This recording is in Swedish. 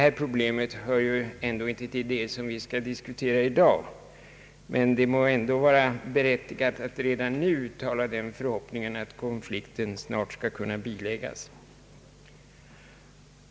Detta problem hör ju inte till de frågor som vi skall diskutera i dag, men det må vara berättigat att redan nu uttala den förhoppningen att konflikten snart skall kunna biläggas.